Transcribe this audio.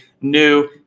new